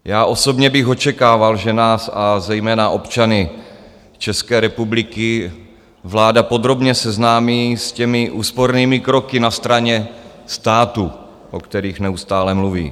Já osobně bych očekával, že nás a zejména občany České republiky vláda podrobně seznámí s úspornými kroky na straně státu, o kterých neustále mluví.